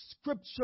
scripture